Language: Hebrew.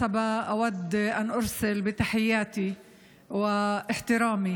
להלן תרגומם: אנחנו מקיימים היום את היום המיוחד בנגב,